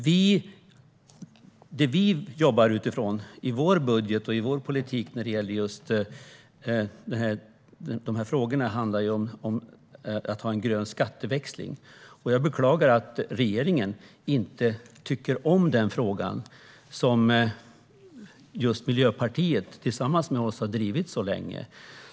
Det vi jobbar utifrån i vår budget och i vår politik när det gäller just dessa frågor är en grön skatteväxling. Jag beklagar att regeringen inte tycker om den frågan, som just Miljöpartiet tillsammans med oss länge har drivit.